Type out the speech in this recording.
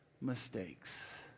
mistakes